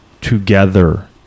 together